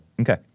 Okay